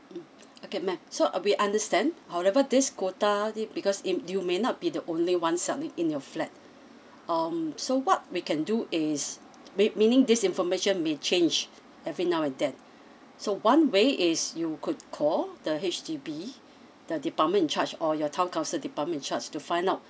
mm okay madam so uh we understand however this quota it because it you may not be the only one selling in your flat um so what we can do is mea~ meaning this information may change every now and then so one way is you could call the H_D_B the department in charge or your town council department in charge to find out